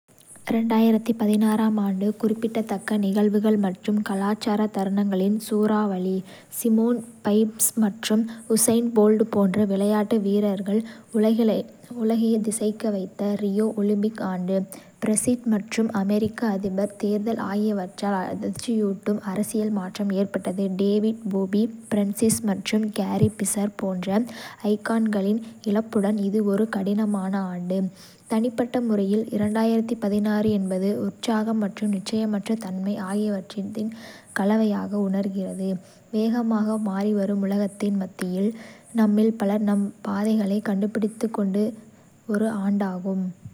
ஆம் ஆண்டு குறிப்பிடத்தக்க நிகழ்வுகள் மற்றும் கலாச்சார தருணங்களின் சூறாவளி. சிமோன் பைல்ஸ் மற்றும் உசைன் போல்ட் போன்ற விளையாட்டு வீரர்கள் உலகையே திகைக்க வைத்த ரியோ ஒலிம்பிக் ஆண்டு, பிரெக்சிட் மற்றும் அமெரிக்க அதிபர் தேர்தல் ஆகியவற்றால் அதிர்ச்சியூட்டும் அரசியல் மாற்றம் ஏற்பட்டது. டேவிட் போவி, பிரின்ஸ் மற்றும் கேரி ஃபிஷர் போன்ற ஐகான்களின் இழப்புடன் இது ஒரு கடினமான ஆண்டு. தனிப்பட்ட முறையில், என்பது உற்சாகம் மற்றும் நிச்சயமற்ற தன்மை ஆகியவற்றின் கலவையாக உணர்கிறது, வேகமாக மாறிவரும் உலகத்தின் மத்தியில் நம்மில் பலர் நம் பாதைகளைக் கண்டுபிடித்துக்கொண்டிருந்த ஒரு ஆண்டாகும்.